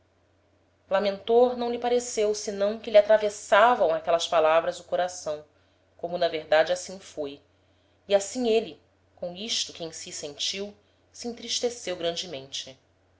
lamentor não lhe pareceu senão que lhe atravessavam aquelas palavras o coração como na verdade assim foi e assim êle com isto que em si sentiu se entristeceu grandemente